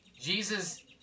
Jesus